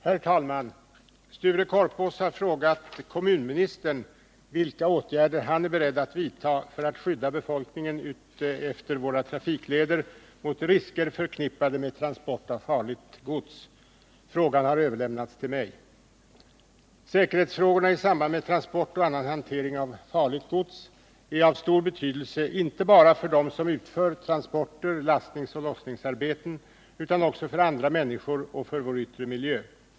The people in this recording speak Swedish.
Herr talman! Sture Korpås har frågat kommunministern vilka åtgärder han är beredd att vidta för att skydda befolkningen utefter våra trafikleder mot risker förknippade med transport av farligt gods. Frågan har överlämnats till mig. Säkerhetsfrågorna i samband med transport och annan hantering av farligt gods är av stor betydelse inte bara för dem som utför transporter, lastningsoch lossningsarbeten utan också för andra människor och för vår yttre miljö.